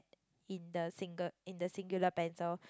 in the single in the singular pencil